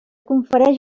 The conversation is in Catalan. confereix